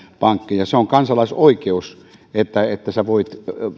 pankkeja se on kansalaisoikeus että voit